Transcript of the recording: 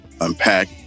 unpack